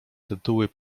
tytuły